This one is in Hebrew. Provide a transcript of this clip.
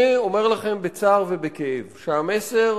אני אומר לכם בצער ובכאב שהמסר